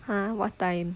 !huh! what time